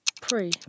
Pre